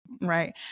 Right